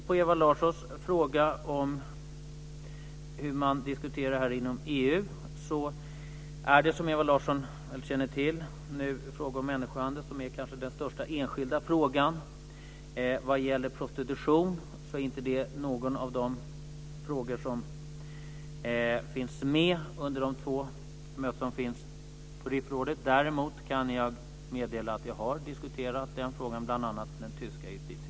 På Ewa Larssons fråga om hur man diskuterar det här inom EU är det, som Ewa Larsson väl känner till, nu människohandeln som är den kanske största enskilda frågan. Prostitution är inte en av de frågor som finns med under de två mötena med RIF-rådet. Däremot kan jag meddela att jag har diskuterat frågan med bl.a. den tyske justitieministern.